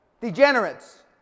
degenerates